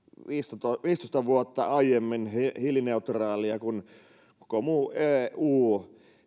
viisitoista vuotta aiemmin hiilineutraaleja kuin koko muu eu